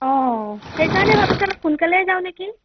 অ' সেইকাৰণে ভাবিছোঁ অলপ সোনকালেই যাওঁ নেকি